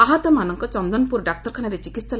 ଆହତମାନଙ୍କଚ ଚନ୍ଦନପୁର ଡାକ୍ତରଖାନାରେ ଚିକିସ୍